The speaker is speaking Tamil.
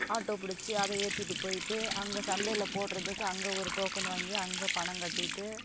ஆட்டோ பிடிச்சி அதை ஏத்திகிட்டு போய்ட்டு அங்கே சந்தையில போடுறதுக்கு அங்கே ஒரு டோக்கன் வாங்கி அங்கே பணம் கட்டிட்டு